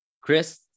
Chris